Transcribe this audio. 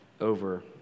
over